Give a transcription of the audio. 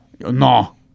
No